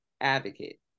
advocate